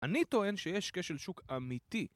אני טוען שיש כשל שוק אמיתי.